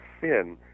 sin